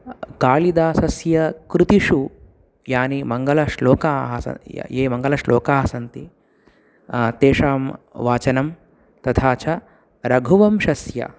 कालिदासस्य कृतिषु यानि मङ्गलश्लोकाः ये मङ्गलश्लोकाः सन्ति तेषां वाचनं तथा च रघुवंशस्य